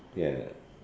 ya